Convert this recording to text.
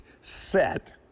set